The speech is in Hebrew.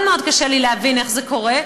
מאוד מאוד קשה לי להבין איך זה קורה,